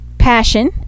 passion